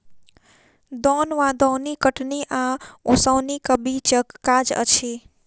दौन वा दौनी कटनी आ ओसौनीक बीचक काज अछि